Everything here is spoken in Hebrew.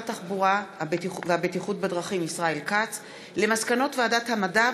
התחבורה והבטיחות בדרכים ישראל כץ על מסקנות ועדת המדע